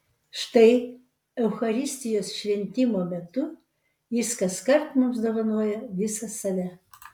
štai eucharistijos šventimo metu jis kaskart mums dovanoja visą save